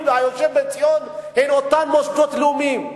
היושב בציון היא אותם מוסדות לאומיים.